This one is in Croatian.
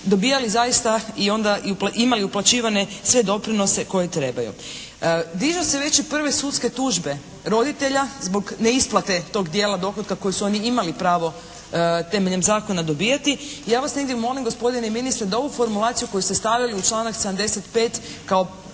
dobivali zaista i onda i imali uplaćivane sve doprinose koje trebaju. Dižu se već i prve sudske tužbe roditelja zbog neisplate tog dijela dohotka koji su oni imali pravo temeljem zakona dobivati. Ja vas negdje molim gospodine ministre da ovu formulaciju koju ste stavili u članak 75. kao